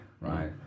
right